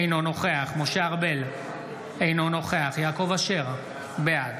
אינו נוכח משה ארבל, אינו נוכח יעקב אשר, בעד